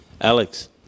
Alex